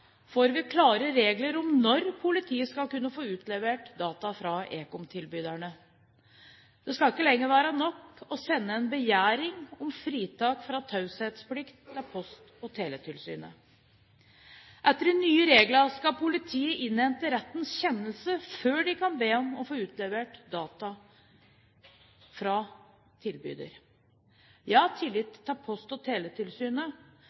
får vi klare regler om når politiet skal kunne få utlevert data fra ekomtilbyderne. Det skal ikke lenger være nok å sende en begjæring om fritak fra taushetsplikt til Post- og teletilsynet. Etter de nye reglene skal politiet innhente rettens kjennelse før de kan be om å få utlevert data fra tilbyder. Jeg har tillit til Post- og teletilsynet